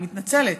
אני מתנצלת.